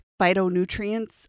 phytonutrients